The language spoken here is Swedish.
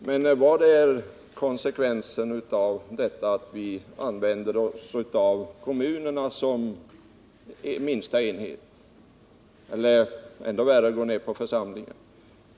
Men vad blir konsekvensen av att vi använder oss av kommuner — eller ännu värre, församlingar — som minsta enheter?